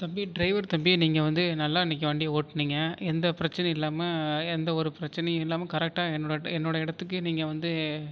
தம்பி டிரைவர் தம்பி நீங்கள் வந்து நல்லா இன்னிக்கு வண்டி ஓட்டுனீங்க எந்த பிரச்சனையும் இல்லாமல் எந்த ஒரு பிரச்சனையும் இல்லாமல் கரெட்டாக என்னோட என்னோடய இடத்துக்கு நீங்கள் வந்து